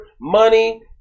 money